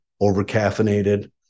over-caffeinated